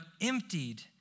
emptied